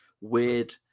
weird